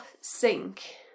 sink